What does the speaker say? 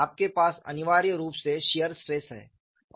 आपके पास अनिवार्य रूप से शियर स्ट्रेस है